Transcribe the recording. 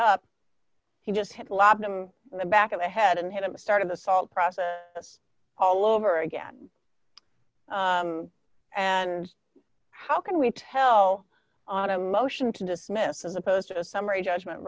up he just hit the law in the back of the head and him started the salt process all over again and how can we tell on a motion to dismiss as opposed to a summary judgment